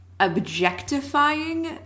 objectifying